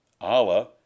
Allah